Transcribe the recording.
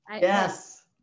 Yes